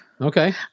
okay